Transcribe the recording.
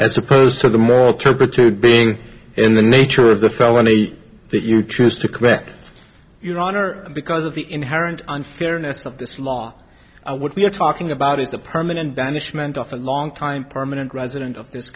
as opposed to the moral turpitude being in the nature of the felony that you choose to correct your honor because of the inherent unfairness of this law what we're talking about is a permanent banishment off a long time permanent resident of this